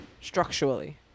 structurally